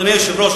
אדוני היושב-ראש,